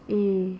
mm